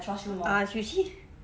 ah you see